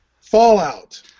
Fallout